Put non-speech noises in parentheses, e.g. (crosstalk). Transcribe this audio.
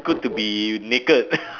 good to be naked (laughs)